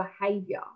behavior